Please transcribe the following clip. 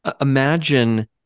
Imagine